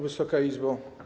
Wysoka Izbo!